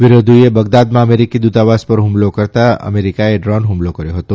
વિરોધીઓએ બગદાદમાં અમેરિકી દૂતાવાસ પર હ્મલો કરતાં અમેરિકાએ ડ્રોન હ્મલો કર્યો હતો